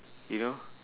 you know